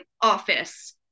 office